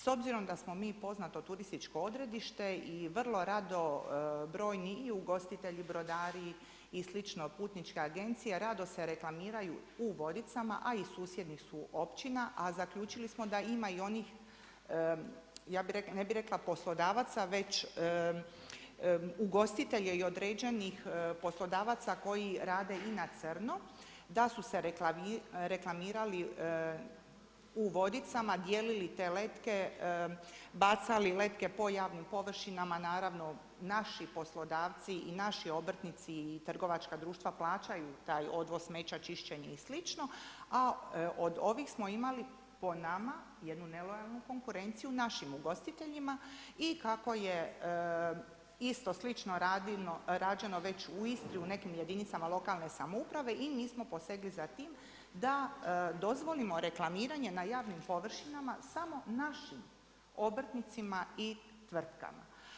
S obzorom da smo mi poznato turističko odredište i vrlo rado brojni i ugostitelji i brodari i slično putničke agencije rado se reklamiraju u Vodicama, a iz susjednih su općina, a zaključili smo da ima i onih, ne bi rekla poslodavaca već ugostitelja i određenih poslodavaca koji rade i na crno, da su se reklamirali u Vodicama, dijelili te letke, bacali letke po javnim površinama naravno naši poslodavci i naši obrtnici i trgovačka društva plaćaju taj odvoz smeća, čišćenje i slično, a o ovih smo imali po nama jednu nelojalnu konkurenciju našim ugostiteljima i kako je isto slično rađeno već u Istri u nekim jedinicama lokalne samouprave i mi smo posegli za tim da dozvolimo reklamiranje na javnim površinama samo našim obrtnicima i tvrtkama.